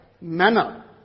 manner